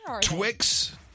Twix